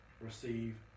receive